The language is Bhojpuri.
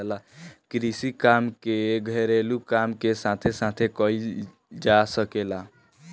कृषि काम के घरेलू काम के साथे साथे कईल जा सकेला